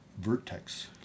Vertex